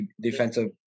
defensive